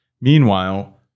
Meanwhile